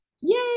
Yay